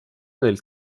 del